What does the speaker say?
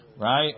Right